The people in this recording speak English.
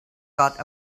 got